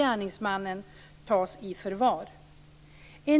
Gärningsmannen tas i förvar.